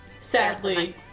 sadly